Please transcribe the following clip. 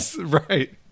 Right